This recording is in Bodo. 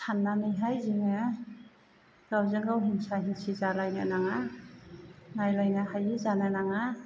सान्नानैहाय जोङो गावजों गाव हिंसा हिंसि जालायनो नाङा नायलायनो हायै जानो नाङा